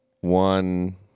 one